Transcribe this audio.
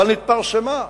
אבל נתפרסמה.